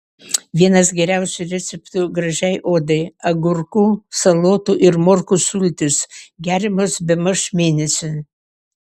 vienas geriausių receptų gražiai odai agurkų salotų ir morkų sultys geriamos bemaž mėnesį